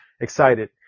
excited